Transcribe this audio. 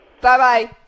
Bye-bye